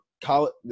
college